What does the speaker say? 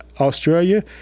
Australia